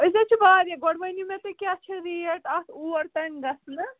أسۍ حظ چھِ واریاہ گۄڈٕ ؤنِو مےٚ تُہۍ کیٛاہ چھےٚ ریٹ اَتھ اور تام گژھنَس